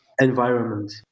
environment